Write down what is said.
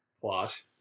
plot